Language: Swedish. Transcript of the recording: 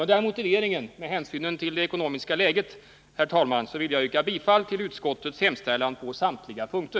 Med denna motivering, dvs. med hänsyn till det ekonomiska läget, vill jag yrka bifall till utskottets hemställan på samtliga punkter.